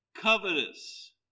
covetous